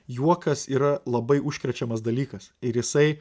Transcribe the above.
juokas yra labai užkrečiamas dalykas ir jisai